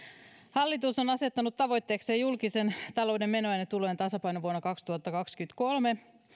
hallitus on asettanut tavoitteekseen julkisen talouden menojen ja tulojen tasapainon vuonna kaksituhattakaksikymmentäkolme